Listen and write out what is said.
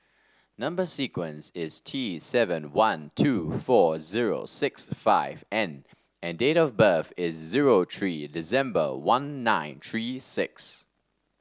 number sequence is T seven one two four zero six five N and date of birth is zero three December one nine three six